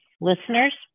Listeners